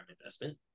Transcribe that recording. investment